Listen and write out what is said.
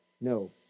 no